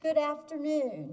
good afternoon